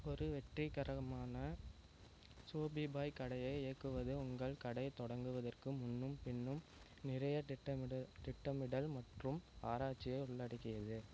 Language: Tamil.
ஒரு வெற்றிகரமான ஷோபிபாய் கடையை இயக்குவது உங்கள் கடை தொடங்குவதற்கு முன்னும் பின்னும் நிறைய திட்டமிடல் திட்டமிடல் மற்றும் ஆராய்ச்சியை உள்ளடக்கியது